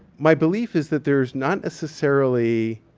my belief is that there's not necessarily.